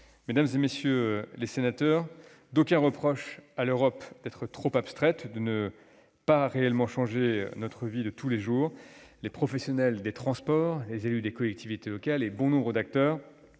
Mesdames, messieurs les sénateurs, d'aucuns reprochent à l'Europe d'être trop abstraite et de ne pas réellement changer notre vie de tous les jours. Les professionnels des transports, les élus de collectivités locales et bon nombre d'acteurs,